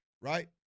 right